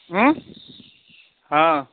ہوں ہاں